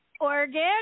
Oregon